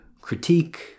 critique